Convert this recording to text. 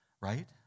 Right